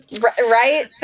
Right